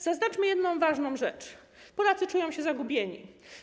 Zaznaczmy jedną ważną rzecz: Polacy czują się zagubieni.